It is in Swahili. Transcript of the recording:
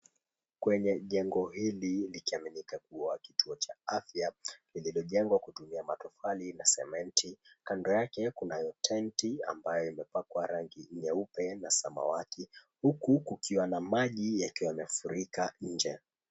Kwenye jengo hili likiaminika kuwa kituo cha afya, lililojengwa kutumia matofali na sementi. Kando yake kunayo tenti ambayo imepakwa rangi nyeupe na samawati, huku kukiwa na maji yakiwa yamefurika nje.